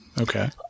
Okay